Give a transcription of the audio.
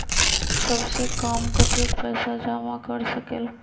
सबसे कम कतेक पैसा जमा कर सकेल?